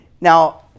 Now